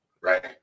Right